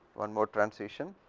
one more transition,